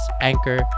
Anchor